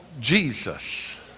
Jesus